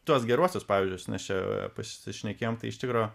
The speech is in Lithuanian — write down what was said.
tuos geruosius pavyzdžius nes čia pasišnekėjom tai iš tikro